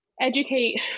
Educate